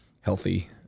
healthy